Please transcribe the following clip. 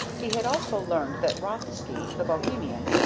he had also learned that rothsky, the bohemian,